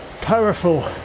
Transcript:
powerful